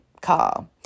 car